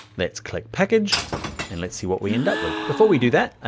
let's click package and let's see what we end up with. before we do that,